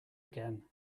again